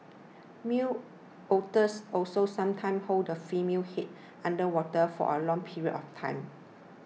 male otters also sometimes hold the female's head under water for a long period of time